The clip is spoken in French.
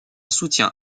soutien